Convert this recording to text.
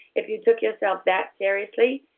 if you took yourself that seriously,